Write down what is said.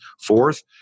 Fourth